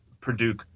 Purdue